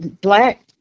black